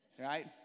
right